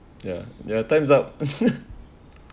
ya there are times up